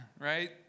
right